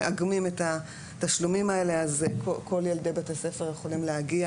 מאגמים את התשלומים האלה אז כל ילדי בית הספר יכולים להגיע,